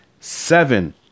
seven